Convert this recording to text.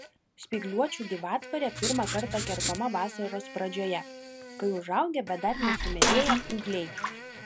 spygliuočių gyvatvorė pirmą kartą kerpama vasaros pradžioje kai užaugę bet dar nesumedėję ūgliai